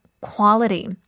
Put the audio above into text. quality